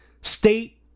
state